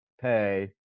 pay